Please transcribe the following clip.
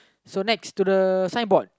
so next to the sign board